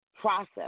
process